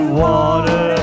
water